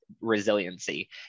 resiliency